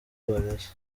polisi